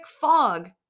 fog